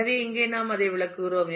எனவே இங்கே நாம் அதை விளக்குகிறோம்